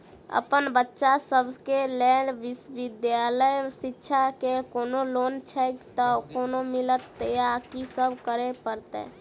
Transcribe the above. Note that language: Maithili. अप्पन बच्चा सब केँ लैल विधालय शिक्षा केँ कोनों लोन छैय तऽ कोना मिलतय आ की सब करै पड़तय